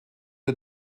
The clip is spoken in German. der